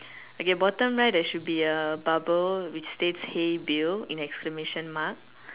okay bottom right there should be a bubble which states hey Bill in exclamation mark